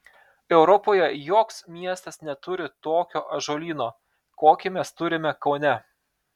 europoje joks miestas neturi tokio ąžuolyno kokį mes turime kaune